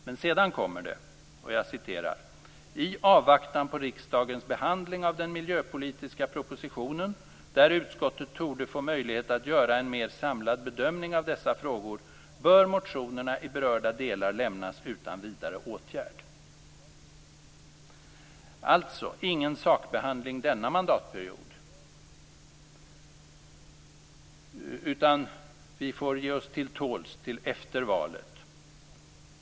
Men sedan kommer det: "I avvaktan på riksdagens behandling av den miljöpolitiska propositionen, där utskottet torde få möjlighet att göra en mer samlad bedömning av dessa frågor, bör motionerna i berörda delar lämnas utan vidare åtgärd." Det blir alltså ingen sakbehandling denna mandatperiod, utan vi får ge oss till tåls till efter valet.